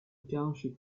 township